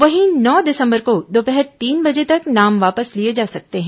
वहीं नौ दिसंबर को दोपहर तीन बजे तक नाम वापस लिए जा सकते हैं